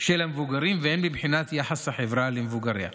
של המבוגרים והן מבחינת יחס החברה למבוגריה.